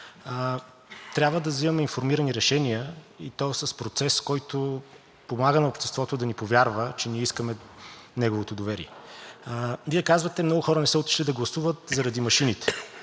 трябва да взимаме информирани решения, и то с процес, който помага на обществото да ни повярва, че ние искаме неговото доверие. Вие казвате, че много хора не са отишли да гласуват заради машините.